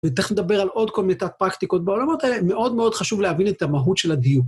ותכף נדבר על עוד כל מיני פרקטיקות בעולמות האלה, מאוד מאוד חשוב להבין את המהות של הדיוק.